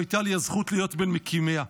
שהייתה לי הזכות להיות בין מקימיה,